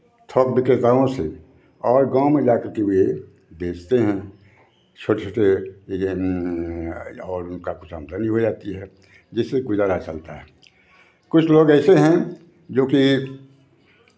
थौक विक्रेताओं से और गाँव में जाकर के वे बेचते हैं छोटे छोटे ये और उनका कुछ आमदनी हो जाती है जिससे गुज़ारा चलता है कुछ लोग ऐसे हैं जोकि